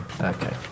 Okay